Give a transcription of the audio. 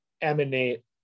emanate